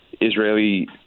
Israeli